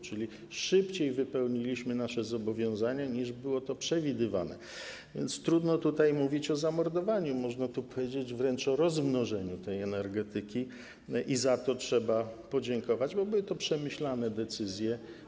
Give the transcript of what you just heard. Czyli szybciej wypełniliśmy nasze zobowiązania, niż było to przewidywane, a więc trudno tutaj mówić o zamordowaniu, można tu powiedzieć wręcz o rozmnożeniu tej energetyki i za to trzeba podziękować, bo były to przemyślane decyzje.